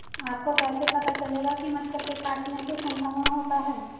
आपको कैसे पता चलेगा कि मच्छर के काटने से संक्रमण होता है?